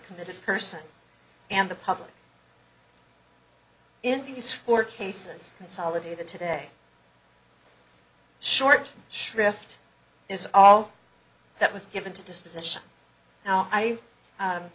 committed person and the public in these four cases consolidated today short shrift is all that was given to disposition now i